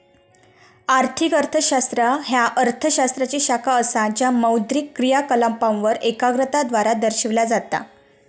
आर्थिक अर्थशास्त्र ह्या अर्थ शास्त्राची शाखा असा ज्या मौद्रिक क्रियाकलापांवर एकाग्रता द्वारा दर्शविला जाता